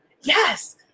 Yes